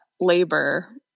labor